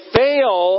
fail